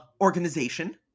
organization